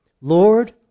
Lord